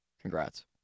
Congrats